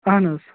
اَہَن حظ